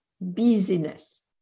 busyness